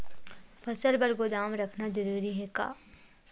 फसल बर गोदाम रखना जरूरी हे का?